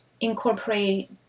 incorporate